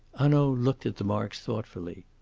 hanaud looked at the marks thoughtfully.